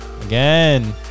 again